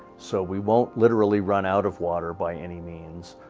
so we won't literally run out of water by any means,